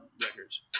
records